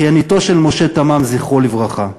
אחייניתו של משה תמם, זכרו לברכה,